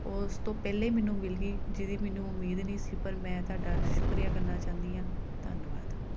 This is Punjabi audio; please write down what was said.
ਉਸ ਤੋਂ ਪਹਿਲਾਂ ਹੀ ਮੈਨੂੰ ਮਿਲ ਗਈ ਜਿਹਦੀ ਮੈਨੂੰ ਉਮੀਦ ਨਹੀਂ ਸੀ ਪਰ ਮੈਂ ਤੁਹਾਡਾ ਸ਼ੁਕਰੀਆ ਕਰਨਾ ਚਾਹੁੰਦੀ ਹਾਂ ਧੰਨਵਾਦ